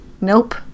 nope